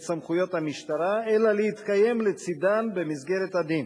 סמכויות המשטרה אלא להתקיים לצדן במסגרת הדין.